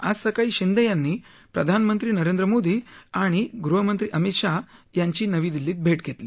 आज सकाळी शिंदे यांनी प्रधानमंत्री नरेंद्र मोदी आणि आणि गृहमंत्री अमित शहा यांची नवी दिल्लीत भेट घेतली